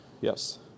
Yes